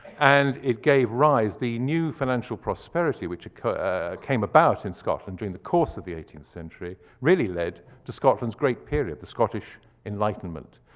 and it gave rise, the new financial prosperity which came about in scotland during the course of the eighteenth century, really led to scotland's great period, the scottish enlightenment.